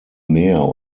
mehr